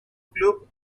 club